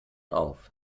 auf